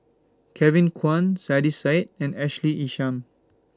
Kevin Kwan Saiedah Said and Ashley Isham